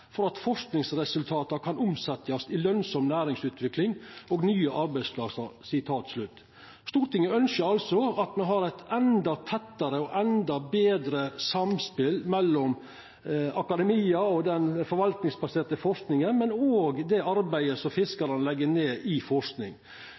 for at forskningsresultatene kan omsettes til lønnsom næringsutvikling og nye arbeidsplasser.» Stortinget ønskjer altså at me har eit endå tettare og endå betre samspel mellom akademia og den forvaltingsbaserte forskinga, men òg i det arbeidet som